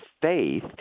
faith